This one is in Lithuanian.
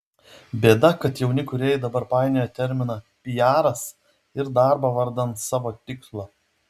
bėda kad jauni kūrėjai dabar painioja terminą piaras ir darbą vardan savo tikslo